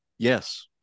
Yes